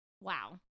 Wow